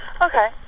Okay